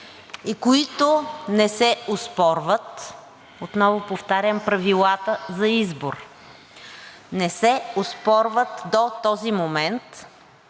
и които не се оспорват, отново повтарям, правилата за избор не се оспорват до този момент,